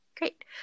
great